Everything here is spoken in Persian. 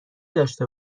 داشته